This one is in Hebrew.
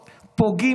פוגעים.